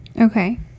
Okay